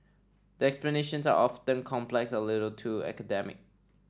the explanations are often complex a little too academic